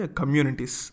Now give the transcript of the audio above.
communities